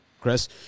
Chris